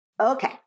Okay